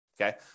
okay